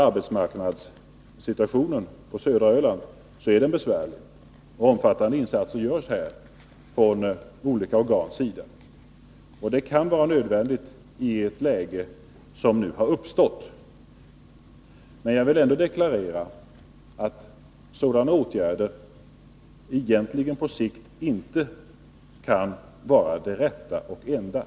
Arbetsmarknadssituationen på södra Öland är besvärlig, och omfattande insatser görs från olika organs sida. Och det kan vara nödvändigt i det läge som nu har uppstått. Men jag vill ändå deklarera att sådana åtgärder på sikt inte kan vara det rätta och det enda.